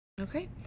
Okay